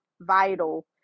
vital